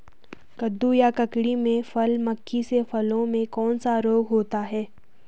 कद्दू या ककड़ी में फल मक्खी से फलों में कौन सा रोग होता है?